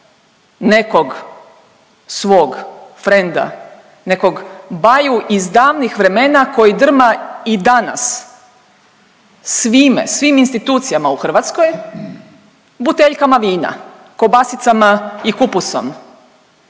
nekog svog frenda, nekog baju iz davnih vremena koji drma i danas, svime, svim institucijama u Hrvatskoj, buteljkama vina, kobasicama i kupusom,